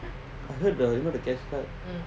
I heard the you know the cash card